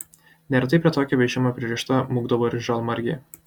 neretai prie tokio vežimo pririšta mūkdavo ir žalmargė